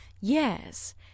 yes